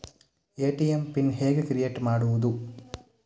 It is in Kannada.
ಎ.ಟಿ.ಎಂ ಪಿನ್ ಹೇಗೆ ಕ್ರಿಯೇಟ್ ಮಾಡುವುದು?